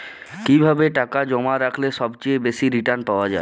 কিভাবে টাকা জমা রাখলে সবচেয়ে বেশি রির্টান পাওয়া য়ায়?